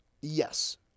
Yes